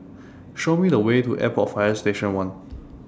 Show Me The Way to Airport Fire Station one